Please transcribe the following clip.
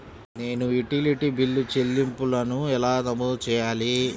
నేను utility bill చెల్లింపులను ఎలా నమోదు చేయాలి?